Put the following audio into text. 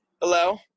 Hello